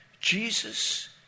Jesus